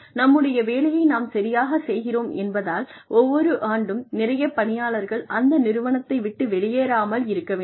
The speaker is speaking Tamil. நம்முடைய வேலையை நாம் சரியாகச் செய்கிறோம் என்பதால் ஒவ்வொரு ஆண்டும் நிறைய பணியாளர்கள் அந்த நிறுவனத்தை விட்டு வெளியேறாமல் இருக்க வேண்டும்